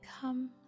come